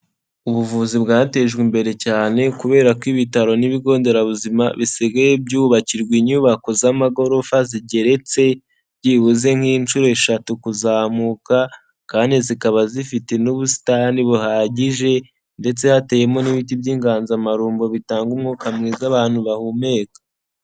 Ubuvuzi bwatejwe imbere cyane kubera ko ibitaro n'ibigo nderabuzima bisigaye byubakirwa inyubako z'amagorofa zigeretse byibuze nk'inshuro eshatu kuzamuka, kandi zikaba zifite n'ubusitani buhagije, ndetse hateyemo n'ibiti by'inganzamarumbo bitanga umwuka mwiza abantu bahumeka.